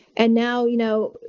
and now, you know,